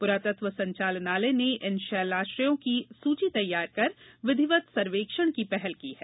पुरातत्व संचालनालय ने इन शैलाश्रयों की सूची तैयार कर विधिवत सर्वेक्षण की पहल की है